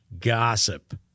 gossip